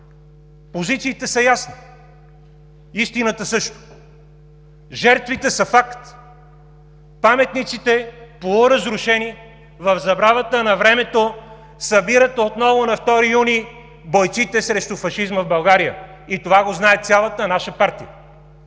Позициите са ясни, истината – също. Жертвите са факт. Паметниците, полуразрушени в забравата на времето, събират отново на 2 юни бойците срещу фашизма в България. Това го знае цялата наша партия.